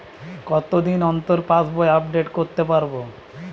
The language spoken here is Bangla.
কতদিন অন্তর পাশবই আপডেট করতে পারব?